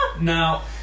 Now